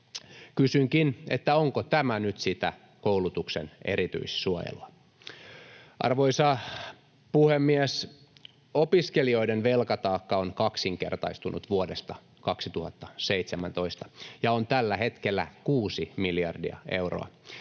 Kysynkin, onko tämä nyt sitä koulutuksen erityissuojelua. Arvoisa puhemies! Opiskelijoiden velkataakka on kaksinkertaistunut vuodesta 2017 ja on tällä hetkellä kuusi miljardia euroa.